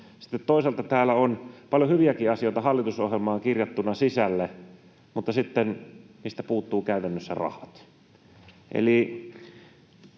toisaalta on paljon hyviäkin asioita hallitusohjelmaan sisälle kirjattuna, mutta niistä puuttuvat käytännössä rahat.